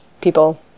people